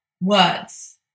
words